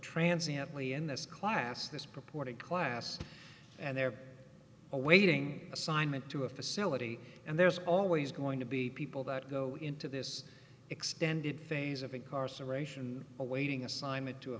transiently in this class this purported class and they're awaiting assignment to a facility and there's always going to be people that go into this extended phase of incarceration awaiting assignment to a